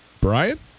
Brian